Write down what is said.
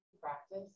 practice